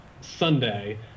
Sunday